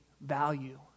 value